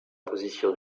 position